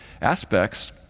aspects